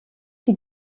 die